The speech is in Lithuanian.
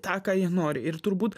tą ką jie nori ir turbūt